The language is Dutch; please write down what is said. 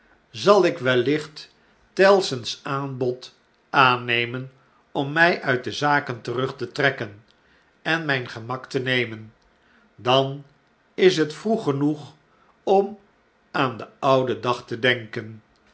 zal ik wellicht tellson's aanbod aannemen om my uit de zaken terug te trekken en myn gemak te nemen dan is net vroeg genoeg om aan den ouden dag te denken